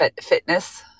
fitness